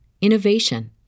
innovation